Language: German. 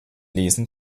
lesen